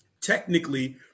technically